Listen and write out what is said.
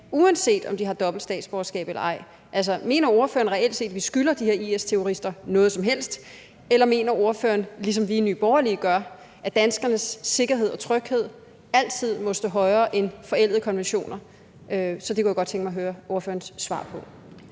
uanset om de har dobbelt statsborgerskab eller ej. Altså, mener ordføreren reelt set, at vi skylder de her IS-terrorister noget som helst, eller mener ordføreren, ligesom vi i Nye Borgerlige gør, at danskernes sikkerhed og tryghed altid må stå højere end forældede konventioner? Det kunne jeg godt tænke mig at høre ordførerens svar på.